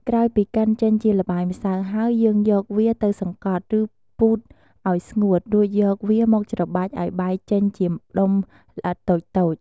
ក្រោយពី កិនចេញជាល្បាយម្សៅហើយ យើងយកវាទៅសង្កត់ ឬពួតឱ្យស្ងួត រួចយកវាមកច្របាច់ឱ្យបែកចេញជាដុំល្អិតតូចៗ។